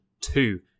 two